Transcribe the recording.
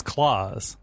Claws